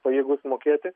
pajėgūs mokėti